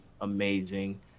amazing